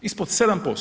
Ispod 7%